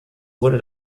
wurde